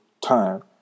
time